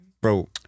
bro